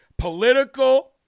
political